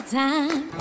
time